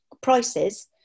prices